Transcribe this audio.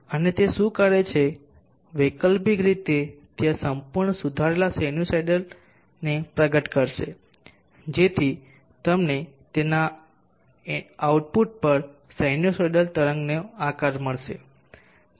અને તે શું કરે છે વૈકલ્પિક રીતે તે આ સંપૂર્ણ સુધારેલા સિનુસાઇડને પ્રગટ કરશે જેથી તમને તેના આઉટપુટ પર સિનુસાઇડલ તરંગનો આકાર મળશે